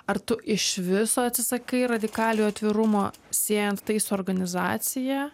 ar tu iš viso atsisakai radikaliojo atvirumo siejant tai su organizacija